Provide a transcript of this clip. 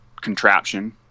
contraption